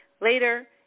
later